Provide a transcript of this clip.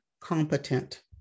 competent